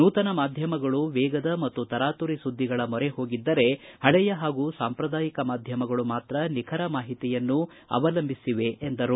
ನೂತನ ಮಾಧ್ಯಮಗಳು ವೇಗದ ಮತ್ತು ತರಾತುರಿ ಸುದ್ದಿಗಳ ಮೊರೆ ಹೋಗಿದ್ದರೆ ಪಳೆಯ ಪಾಗು ಸಾಂಪ್ರದಾಯಿಕ ಮಾಧ್ಯಮಗಳು ಮಾತ್ರ ನಿಖರ ಮಾಹಿತಿಯನ್ನು ಅವಲಂಬಿಸಿವೆ ಎಂದರು